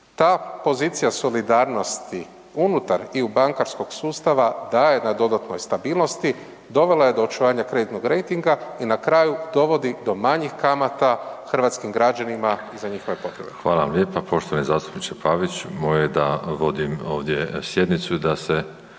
Ta pozicija solidarnosti unutar i u bankarskog sustava daje na dodatnoj stabilnosti, dovela je do očuvanja kreditnog rejtinga i na kraju dovodi do manjih kamata hrvatskim građanima za njihove potrebe. **Škoro, Miroslav (DP)** Hvala vam lijepa. Poštovani zastupniče Pavić, moje je da vodim ovdje sjednicu i da se